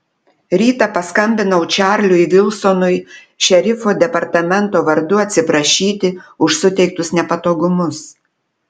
rytą paskambinau čarliui vilsonui šerifo departamento vardu atsiprašyti už suteiktus nepatogumus